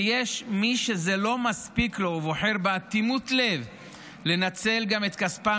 ויש מי שזה לא מספיק לו ובוחר באטימות לב לנצל גם את כספם